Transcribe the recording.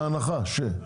בהנחה ש-.